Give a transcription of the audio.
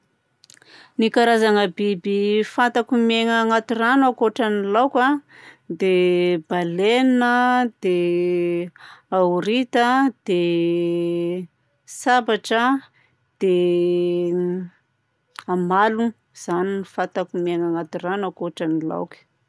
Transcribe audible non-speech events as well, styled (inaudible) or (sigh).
Ny karazagna biby fantako miaina anaty rano ankoatran'ny laoka a dia: baleine a, dia (hesitation) ahorita a, dia (hesitation) sabatra a, dia (hesitation) amalogno. Izany no fantako miaina anaty rano ankoatran'ny laoka.